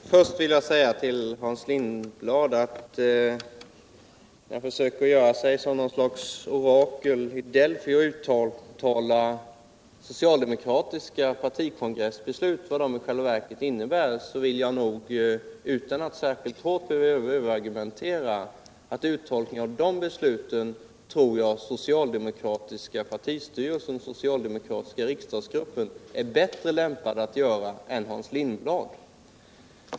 Herr talman! Först vill jag säga till Hans Lindblad, när han försöker göra sig till något slags orakel i Delfi och uttala vad socialdemokratiska partikongressbeslut i själva verket innebär, att jag tror — utan att behöva överargumentera — att uttolkningen av 'de besluten är den socialdemokratiska partistyrelsen och riksdagsgruppen bättre lämpade att göra än Hans Lindblad.